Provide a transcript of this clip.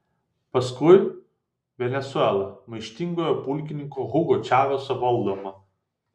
paskui venesuela maištingojo pulkininko hugo čaveso valdoma